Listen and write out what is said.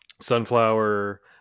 Sunflower